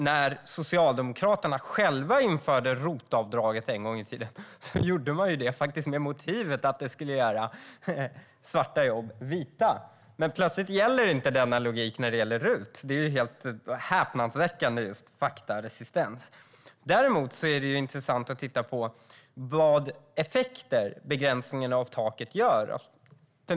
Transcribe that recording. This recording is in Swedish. När Socialdemokraterna själva införde ROT-avdraget en gång i tiden gjorde man det med motiveringen att det skulle göra svarta jobb vita, men denna logik gäller tydligen inte när det gäller RUT. Det är en häpnadsväckande faktaresistens! Det är dock intressant att se på vilka effekter begränsningen och taket får.